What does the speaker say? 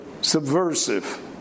subversive